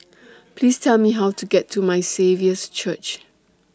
Please Tell Me How to get to My Saviour's Church